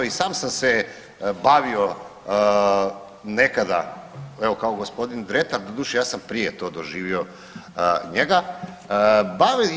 I sam sam se bavio nekada evo kao gospodin Dretar, doduše ja sam prije to doživio njega, bavio.